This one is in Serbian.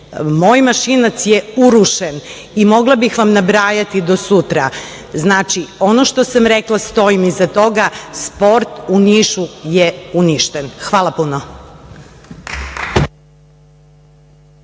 Moj „Mašinac“ je urušen i mogla bih vam nabrajati do sutra. Znači, ono što sam rekla stojim iza toga. Sport u Nišu je uništen. Hvala puno.